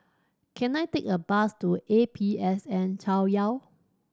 can I take a bus to A P S N Chaoyang